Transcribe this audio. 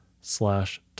slash